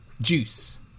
Juice